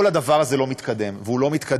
כל הדבר הזה לא מתקדם, והוא לא מתקדם